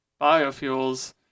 biofuels